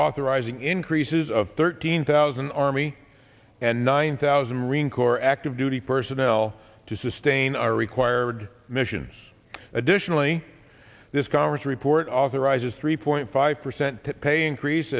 authorizing increases of thirteen thousand army and nine thousand marine corps active duty personnel to sustain our required missions additionally this congress report authorizes three point five percent to pay increase